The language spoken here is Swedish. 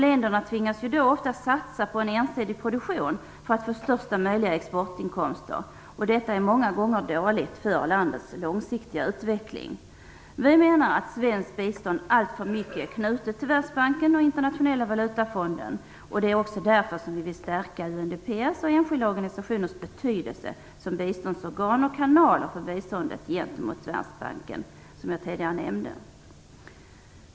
Länderna tvingas då ofta satsa på en ensidig produktion för att få största möjliga exportinkomster. Detta är många gånger dåligt för landets långsiktiga utveckling. Vi menar att svenskt bistånd alltför mycket är knutet till Världsbanken och Internationella valutafonden. Det är också därför vi vill stärka UNDP:s och enskilda organisationers betydelse som biståndsorgan och kanaler för biståndet gentemot Världsbanken, som jag tidigare nämnde.